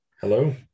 Hello